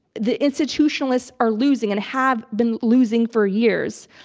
the institutionalists are losing and have been losing for years,